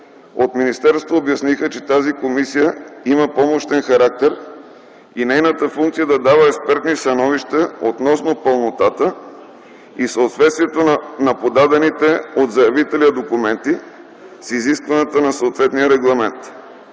от министерството обясниха, че тази комисия има помощен характер и нейната функция е да дава експертни становища относно пълнотата и съответствието на подадените от заявителя документи с изискванията на съответния регламент.